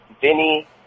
Vinny